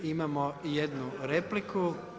Imamo i jednu repliku.